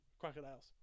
Crocodiles